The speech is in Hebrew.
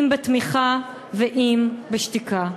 אם בתמיכה ואם בשתיקה.